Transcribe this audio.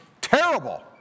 Terrible